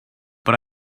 but